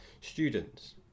students